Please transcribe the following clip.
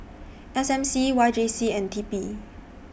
S M C Y J C and T P